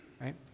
right